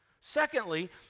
Secondly